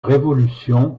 révolution